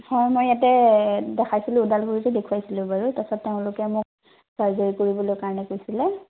হয় মই ইয়াতে দেখাইছিলোঁ ওদালগুৰিতে দেখুৱাইছিলোঁ বাৰু তাৰপাছত তেওঁলোকে মোক চাৰ্জাৰী কৰিবলৈ কাৰণে কৈছিলে